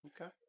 Okay